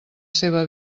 seva